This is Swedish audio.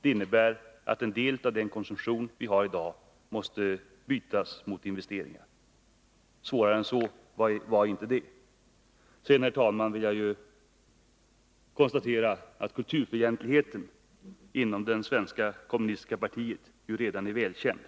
Det innebär att en del av dagens konsumtion måste bytas mot investeringar. Svårare än så är det inte! Sedan, herr talman, vill jag konstatera att kulturfientligheten inom det svenska kommunistiska partiet redan är välkänd.